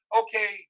okay